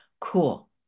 cool